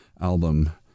album